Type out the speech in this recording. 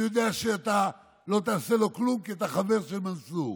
הוא יודע שלא תעשה לו כלום כי אתה חבר של מנסור.